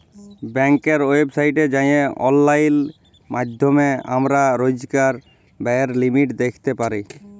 ব্যাংকের ওয়েবসাইটে যাঁয়ে অললাইল মাইধ্যমে আমরা রইজকার ব্যায়ের লিমিট দ্যাইখতে পারি